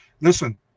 listen